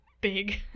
big